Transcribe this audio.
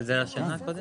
אבל זה על השנה הקודמת.